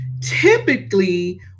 typically